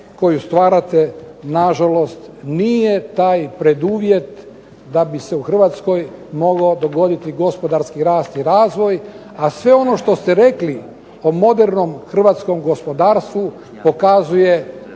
koju stvarate nažalost nije taj preduvjet da bi se u Hrvatskoj mogao dogoditi gospodarski rast i razvoj. a sve ono što ste rekli o modernom hrvatskom gospodarstvu pokazuje